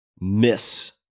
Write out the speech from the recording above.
miss